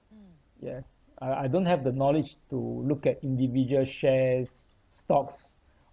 yes I I don't have the knowledge to look at individual shares stocks